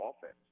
offense